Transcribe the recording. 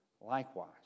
likewise